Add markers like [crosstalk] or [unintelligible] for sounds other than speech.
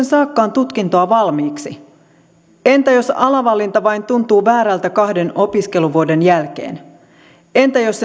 [unintelligible] saakaan tutkintoa valmiiksi entä jos alavalinta vain tuntuu väärältä kahden opiskeluvuoden jälkeen entä jos [unintelligible]